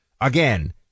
Again